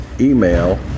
email